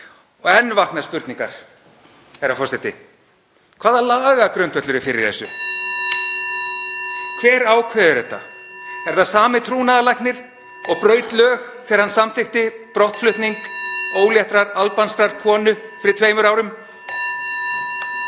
Enn vakna spurningar, herra forseti: Hvaða lagagrundvöllur er fyrir þessu? Hver ákveður þetta? Er það sami trúnaðarlæknir og braut lög þegar hann (Forseti hringir.) samþykkti brottflutning óléttrar albanskrar konu fyrir tveimur árum?